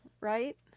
right